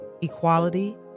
equality